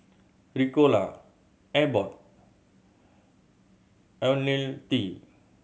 Ricola Abbott Ionil T